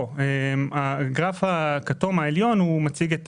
הגרף הכתום העליון מציג את